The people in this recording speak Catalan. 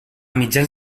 mitjans